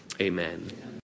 amen